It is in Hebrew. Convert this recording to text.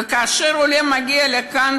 וכאשר עולה מגיע לכאן,